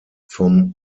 vom